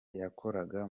yakoraga